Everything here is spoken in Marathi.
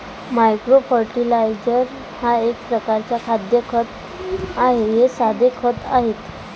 मायक्रो फर्टिलायझर हा एक प्रकारचा खाद्य खत आहे हे साधे खते आहेत